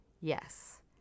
Yes